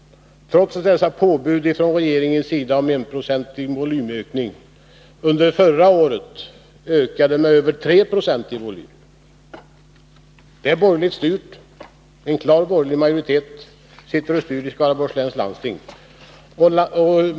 Trots alla påbud från regeringen om en enprocentig volymökning har Skaraborgs läns landsting ökat sin volym med över 3 26. Detta landsting är borgerligt styrt med en klar borgerlig majoritet.